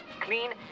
clean